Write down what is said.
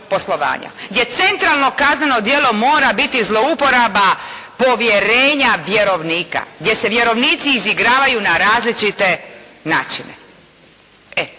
gdje centralno kazneno djelo mora biti zlouporaba povjerenja vjerovnika, gdje se vjerovnici izigravaju na različite načine.